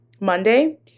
Monday